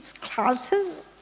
classes